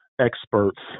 experts